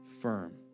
firm